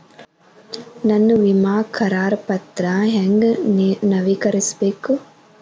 ನನ್ನ ವಿಮಾ ಕರಾರ ಪತ್ರಾ ಹೆಂಗ್ ನವೇಕರಿಸಬೇಕು?